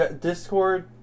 discord